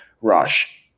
rush